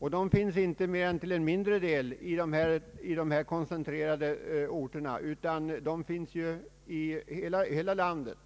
Dessa finns bara till en mindre del på de platser där varvsindustrin är koncentrerad; de finns spridda över hela landet.